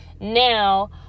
now